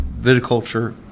viticulture